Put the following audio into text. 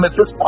Mrs